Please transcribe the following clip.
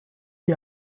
die